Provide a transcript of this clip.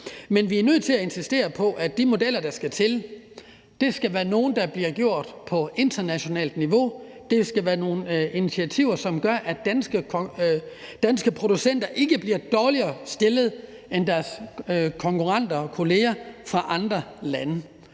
Men vi er nødt til at insistere på, at de modeller, der skal til, skal være nogle, der bliver på internationalt niveau. Det skal være nogle initiativer, som gør, at danske producenter ikke bliver dårligere stillet end deres konkurrenter og kolleger fra andre lande,